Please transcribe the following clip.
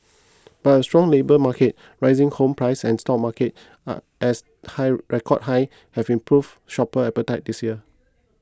but a strong labour market rising home prices and stock markets as high record high have improved shopper appetite this year